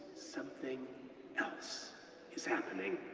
something else is happening.